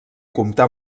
comptar